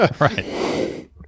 Right